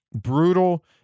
Brutal